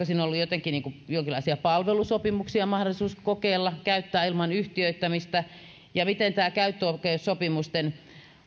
siinä ollut mahdollisuus jonkinlaisia palvelusopimuksia kokeilla käyttää ilman yhtiöittämistä ja miten tämä käyttöoikeussopimusten